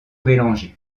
bellanger